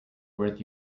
worth